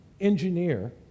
engineer